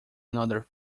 another